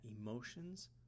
emotions